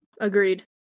agreed